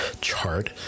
chart